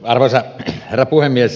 arvoisa herra puhemies